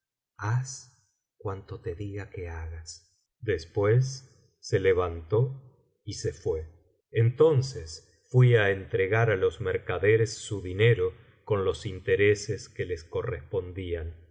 cuanto te diga que hagas después se levantó y se fué entonces fui á entregar á los mercaderes su dinero con los intereses que les correspondían